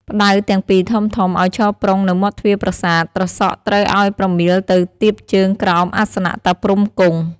ផ្តៅទាំងពីរធំៗ ឱ្យឈរប្រុងនៅមាត់ទ្វារប្រាសាទ ត្រសក់ ស្រូវឱ្យប្រមៀលទៅទៀបជើងក្រោមអាសនៈតាព្រហ្មគង់។